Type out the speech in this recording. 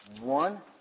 one